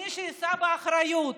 שמי שיישא באחריות